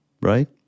Right